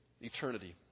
eternity